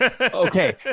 Okay